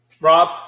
Rob